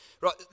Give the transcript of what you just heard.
Right